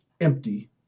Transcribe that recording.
empty